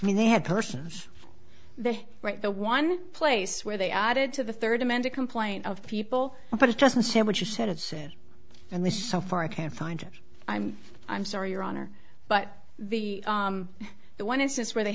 i mean they had persons there right the one place where they added to the third amended complaint of people but it doesn't say what you said it said and this so far i can find i'm i'm sorry your honor but the one instance where they